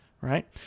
right